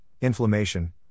inflammation